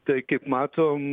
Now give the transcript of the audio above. tai kaip matom